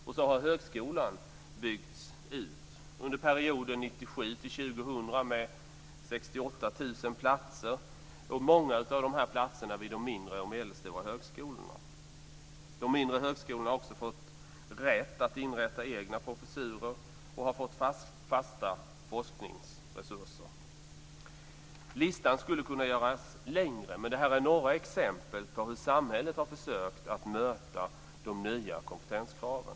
Högskolan har byggts ut med 68 000 platser under perioden 1997-2000. Många av dessa platser finns vid de mindre och medelstora högskolorna. De mindre högskolorna har också fått rätt att inrätta egna professurer, och de har fått fasta forskningsresurser. Listan skulle kunna göras längre, men det här är några exempel på hur samhället har försökt att möta de nya kompetenskraven.